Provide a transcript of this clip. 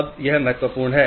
अब यह महत्वपूर्ण है